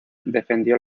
defendió